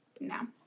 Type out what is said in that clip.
No